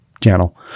channel